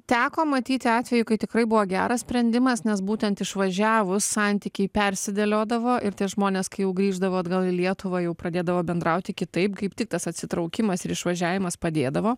teko matyti atvejų kai tikrai buvo geras sprendimas nes būtent išvažiavus santykiai persidėliodavo ir tie žmonės kai jau grįždavo atgal į lietuvą jau pradėdavo bendrauti kitaip kaip tik tas atsitraukimas ir išvažiavimas padėdavo